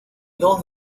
dos